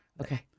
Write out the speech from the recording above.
Okay